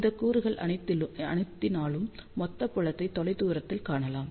இந்த கூறுகள் அனைத்தினாலும் மொத்த புலத்தை தொலைதூரத்தில் காணலாம்